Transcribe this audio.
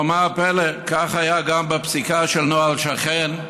אבל מה הפלא, כך היה גם בפסיקה של נוהל שכן,